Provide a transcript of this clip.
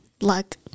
luck